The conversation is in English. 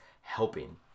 helping